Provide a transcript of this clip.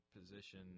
position